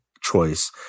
choice